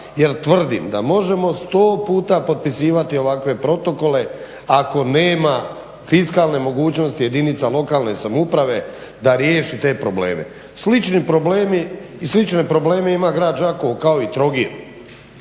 jer tvrdim da možemo sto puta potpisivati ovakve protokole ako nema fiskalne mogućnosti jedinica lokalne samouprave da riješi te probleme. Slične probleme ima grad Đakovo kao i Trogir.